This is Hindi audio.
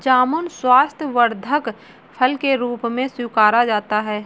जामुन स्वास्थ्यवर्धक फल के रूप में स्वीकारा जाता है